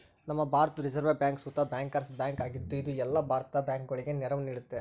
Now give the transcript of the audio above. ನಮ್ಮ ಭಾರತುದ್ reserve bank ಸುತ ಬ್ಯಾಂಕರ್ಸ್ ಬ್ಯಾಂಕ್ ಆಗಿದ್ದು, ಇದು ಎಲ್ಲ ಭಾರತದ ಬ್ಯಾಂಕುಗುಳಗೆ ನೆರವು ನೀಡ್ತತೆ